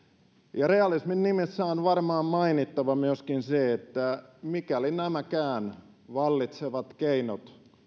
ja realismin nimissä on varmaan mainittava myöskin se että mikäli nämäkään vallitsevat keinot